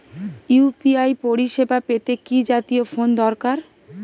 UPI পরিসেবা পেতে কি জাতীয় ফোন দরকার?